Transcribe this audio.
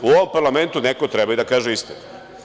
U ovom parlamentu neko treba da kaže i istinu.